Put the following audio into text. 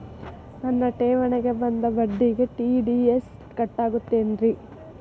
ನನ್ನ ಠೇವಣಿಗೆ ಬಂದ ಬಡ್ಡಿಗೆ ಟಿ.ಡಿ.ಎಸ್ ಕಟ್ಟಾಗುತ್ತೇನ್ರೇ?